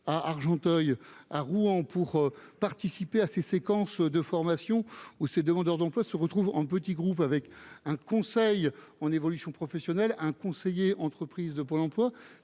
à Argenteuil, à Rouen, pour participer à ces séquences de formation où ces demandeurs d'emploi se retrouvent en petits groupes, avec un conseil en évolution professionnelle un conseiller, entreprise de Pôle emploi